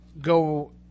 go